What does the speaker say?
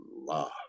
love